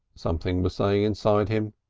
something was saying inside him.